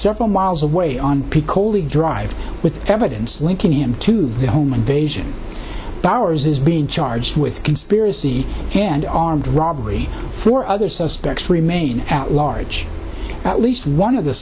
several miles away on piccoli drive with evidence linking him to the home invasion powers is being charged with conspiracy and armed robbery four other suspects remain at large at least one of the